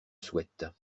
souhaite